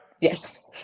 Yes